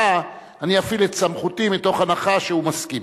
אפעיל את סמכותי מתוך הנחה שהוא מסכים.